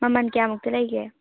ꯃꯃꯜ ꯀꯌꯥꯃꯨꯛꯇꯤ ꯂꯩꯒꯦ